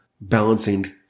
balancing